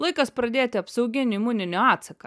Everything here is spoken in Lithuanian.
laikas pradėti apsauginį imuninį atsaką